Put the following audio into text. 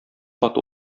кат